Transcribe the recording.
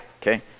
okay